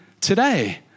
today